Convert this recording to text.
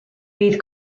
bydd